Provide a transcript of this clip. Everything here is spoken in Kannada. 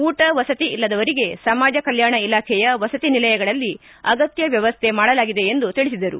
ಊಟ ವಸತಿ ಇಲ್ಲದವರಿಗೆ ಸಮಾಜ ಕಲ್ಲಾಣ ಇಲಾಖೆಯ ವಸತಿ ನಿಲಯಗಳಲ್ಲಿ ಅಗತ್ಯ ವ್ಯವಸ್ಥೆ ಮಾಡಲಾಗಿದೆ ಎಂದು ತಿಳಿಸಿದರು